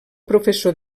professor